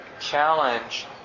challenge